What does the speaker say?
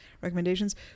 Recommendations